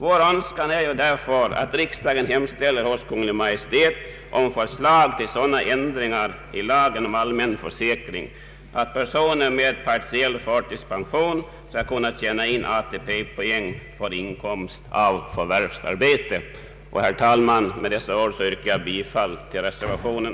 Vår önskan är därför att riksdagen hemställer hos Kungl. Maj:t om förslag till sådan ändring i lagen om allmän försäkring att personer med partiell förtidspension skall kunna tjäna in ATP-poäng för inkomst av förvärvsarbete. Herr talman! Med dessa ord yrkar jag bifall till reservationen.